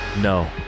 No